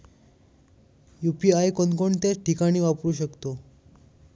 UPI कोणकोणत्या ठिकाणी वापरू शकतो?